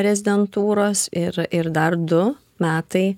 rezidentūros ir ir dar du metai